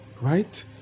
Right